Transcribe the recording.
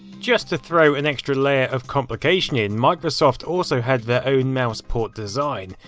just to throw an extra layer of complication in. microsoft also had their own mouse port design,